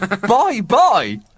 Bye-bye